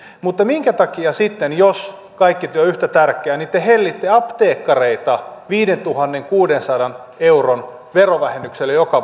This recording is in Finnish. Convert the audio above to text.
mutta minkä takia sitten jos kaikki työ on yhtä tärkeää te hellitte apteekkareita viidentuhannenkuudensadan euron verovähennyksellä joka